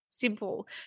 Simple